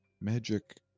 magic